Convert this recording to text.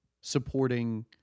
supporting